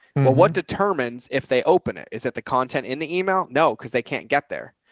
what what determines if they open it? is that the content in the email? no. cause they can't get there.